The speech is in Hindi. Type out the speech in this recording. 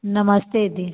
नमस्ते दी